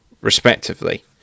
respectively